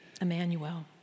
Emmanuel